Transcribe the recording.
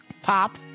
pop